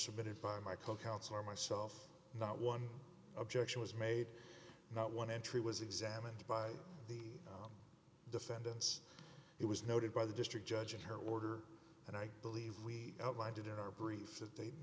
submitted by my co counsel or myself not one objection was made not one entry was examined by the defendants it was noted by the district judge in her order and i believe we outlined it in our brief that they